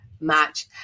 match